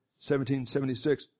1776